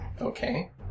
Okay